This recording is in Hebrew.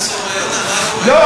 מה זה,